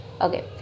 okay